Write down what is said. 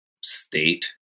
state